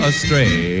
Astray